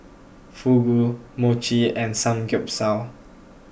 Fugu Mochi and Samgyeopsal